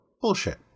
bullshit